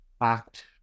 act